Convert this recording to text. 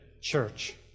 church